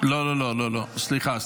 --- לא לא, לא סליחה.